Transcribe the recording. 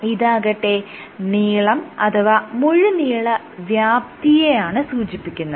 ഇതാകട്ടെ നീളം അഥവാ മുഴുനീള വ്യാപ്തിയെയാണ് സൂചിപ്പിക്കുന്നത്